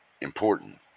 important